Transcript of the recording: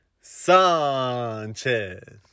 Sanchez